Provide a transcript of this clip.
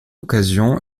occasion